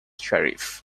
sheriff